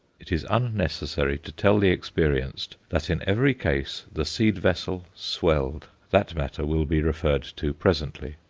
it is unnecessary to tell the experienced that in every case the seed vessel swelled that matter will be referred to presently.